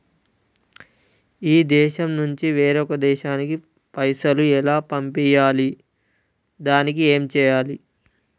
ఈ దేశం నుంచి వేరొక దేశానికి పైసలు ఎలా పంపియ్యాలి? దానికి ఏం చేయాలి?